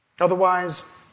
Otherwise